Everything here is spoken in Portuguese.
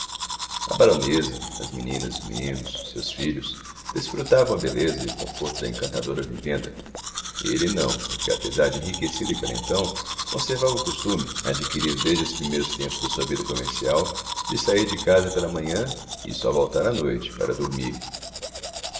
a baronesa as meninas e os meninos seus filhos desfrutavam a beleza e o conforto da encantadora vivenda ele não porque apesar de enriquecido e quarentão conservava o costume adquirido desde os primeiros tempos da sua vida comercial de sair de casa pela manhã e só voltar à noite para dormir